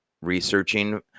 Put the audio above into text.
researching